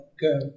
go